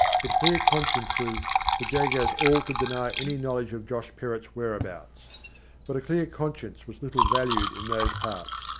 with clear consciences the jagos all could deny any knowledge of josh perrott's whereabouts but a clear conscience was little valued in those parts,